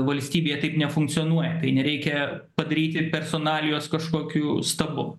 valstybėje taip nefunkcionuoja tai nereikia padaryti personalijos kažkokiu stabu